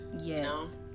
yes